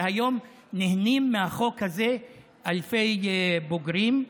והיום נהנים מהחוק הזה אלפי בוגרים.